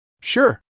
Sure